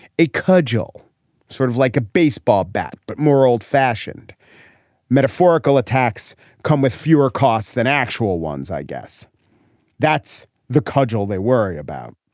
a cudgel sort of like a baseball bat. but more old fashioned metaphorical attacks come with fewer costs than actual ones. i guess that's the cudgel they worry about.